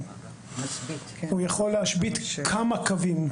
הוא יכול להשבית כמה קווים,